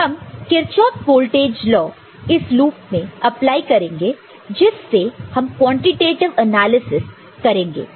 तो हम Kirchhoff voltage law इस लूप में अप्लाई करेंगे जिससे हम क्वांटिटेटीव एनालिसिस करेंगे